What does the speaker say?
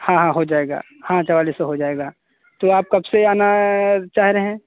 हाँ हाँ हो जाएगा हाँ चौवालीस सौ हो जाएगा तो आप कब से आना चाह रहे हैं